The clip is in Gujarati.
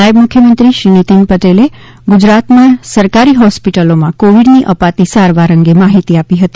નાયબ મુખ્યમંત્રી નીતીન પટેલે ગુજરાતમાં સરકારી હોસ્પિટલોમાં કોવિડની અપાતી સારવાર માહિતી આપી હતી